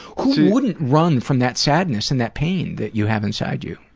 who wouldn't run from that sadness and that pain that you have inside you?